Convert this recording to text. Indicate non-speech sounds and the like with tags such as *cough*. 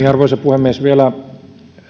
*unintelligible* arvoisa puhemies vielä